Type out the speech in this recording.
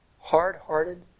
hard-hearted